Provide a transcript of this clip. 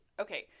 Okay